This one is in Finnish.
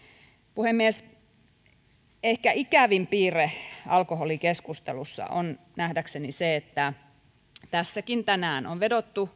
puhemies ehkä ikävin piirre alkoholikeskustelussa on nähdäkseni se että tässäkin tänään on vedottu